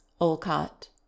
Olcott